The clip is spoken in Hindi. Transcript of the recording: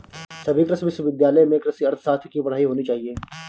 सभी कृषि विश्वविद्यालय में कृषि अर्थशास्त्र की पढ़ाई होनी चाहिए